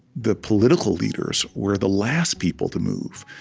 the political leaders, we're the last people to move.